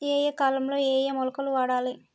ఏయే కాలంలో ఏయే మొలకలు వాడాలి?